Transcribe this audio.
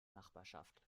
nachbarschaft